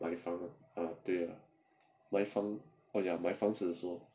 买房子买房子对哦买房子的时候